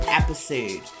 episode